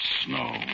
Snow